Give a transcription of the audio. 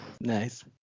Nice